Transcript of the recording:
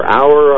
hour